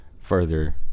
further